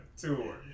Tour